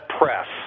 press